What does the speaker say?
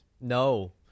No